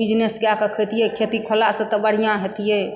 business कए कऽ खैतियै खेती खोला सऽ तऽ बढ़िऑं हैतियै